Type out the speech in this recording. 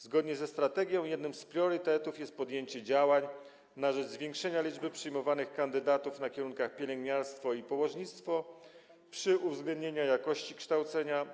Zgodnie ze strategią jednym z priorytetów jest podjęcie działań na rzecz zwiększenia liczby kandydatów przyjmowanych na kierunki: pielęgniarstwo i położnictwo przy uwzględnieniu jakości kształcenia.